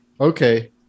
Okay